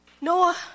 Noah